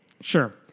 Sure